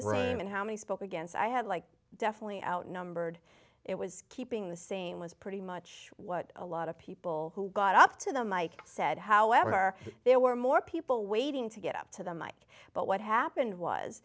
the room and how many spoke against i had like definitely outnumbered it was keeping the same was pretty much what a lot of people who got up to the mike said however there were more people waiting to get up to the mike but what happened was